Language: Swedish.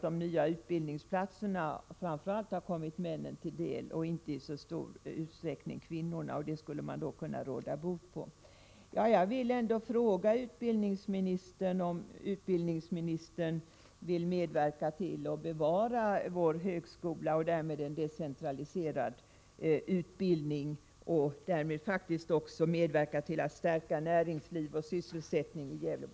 De nya utbildningsplatserna har ju kommit framför allt männen till del, och inte i så stor utsträckning kvinnorna. Detta skulle man nu kunna råda bot på.